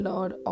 Lord